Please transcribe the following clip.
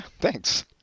thanks